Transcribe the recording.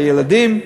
לילדים נכים.